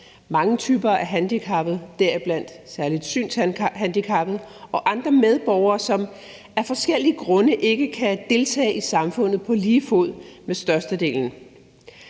mange typer af handicappede, deriblandt særlig synshandicappede, og andre medborgere, som af forskellige grunde ikke kan deltage i samfundet på lige fod med størstedelen.